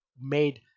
made